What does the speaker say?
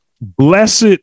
blessed